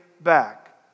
back